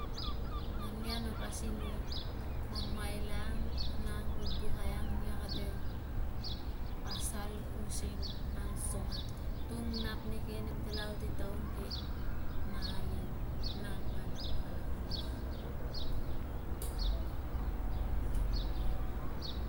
Na nia na pasin i mamaila ang na angvubukai ang nia kate pasal using angsongo ang. Tung nap neke nem te la ol si taun ke na aliu. Nang palau kala kamus.